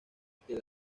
que